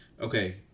okay